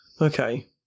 Okay